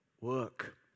work